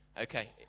Okay